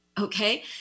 Okay